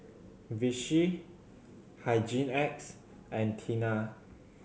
Vichy Hygin X and Tena